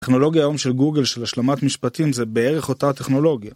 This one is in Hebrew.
טכנולוגיה היום של גוגל של השלמת משפטים זה בערך אותה טכנולוגיה.